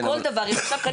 כל דבר יכול.